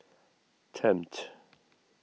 Tempt